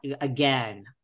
again